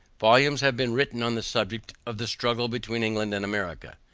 volumes have been written on the subject of the struggle between england and america.